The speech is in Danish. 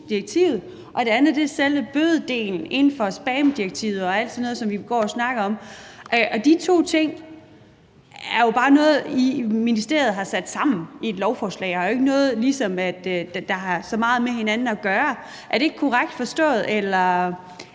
direktivet – og det andet er selve bødedelen inden for spamdirektivet og alt sådan noget, som vi går og snakker om. Og de to ting er jo bare noget, som ministeriet har sat sammen i et lovforslag, og er ikke noget, som har så meget med hinanden at gøre. Er det ikke korrekt forstået? Eller